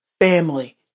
family